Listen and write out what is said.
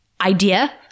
idea